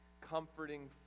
comforting